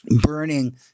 burning